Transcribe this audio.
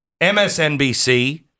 MSNBC